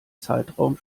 zeitraum